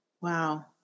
Wow